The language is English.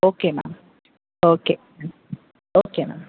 okay ma'am okay okay ma'am